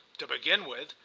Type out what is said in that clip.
to begin with,